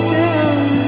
down